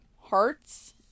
hearts